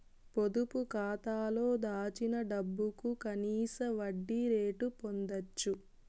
పొదుపు కాతాలో దాచిన డబ్బుకు కనీస వడ్డీ రేటు పొందచ్చు